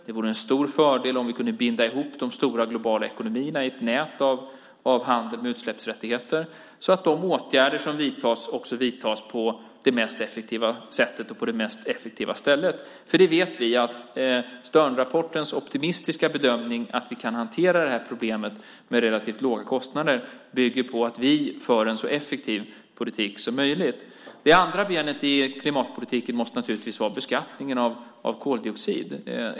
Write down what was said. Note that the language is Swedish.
Det vore en stor fördel om vi kunde binda ihop de stora globala ekonomierna i ett nät av handel med utsläppsrätter så att de åtgärder som vidtas också vidtas på det mest effektiva sättet och där det är mest effektivt. Vi vet ju att Sternrapportens optimistiska bedömning att vi kan hantera detta problem med relativt låga kostnader bygger på att vi för en så effektiv politik som möjligt. Det andra benet i klimatpolitiken är naturligtvis beskattningen av koldioxid.